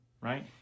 right